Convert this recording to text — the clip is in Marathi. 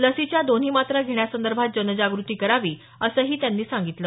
लसीच्या दोन्ही मात्रा घेण्यासंदर्भात जनजागृती करावी असंही त्यांनी सांगितलं